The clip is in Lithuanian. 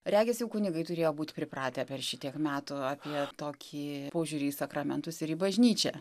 regis jau kunigai turėjo būt pripratę per šitiek metų apie tokį požiūrį į sakramentus ir į bažnyčią